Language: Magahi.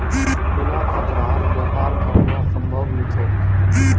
बिना खतरार व्यापार करना संभव नी छोक